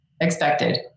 expected